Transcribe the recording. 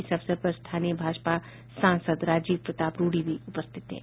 इस अवसर पर स्थानीय भाजपा सांसद राजीव प्रताप रूढी भी उपस्थित थे